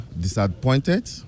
disappointed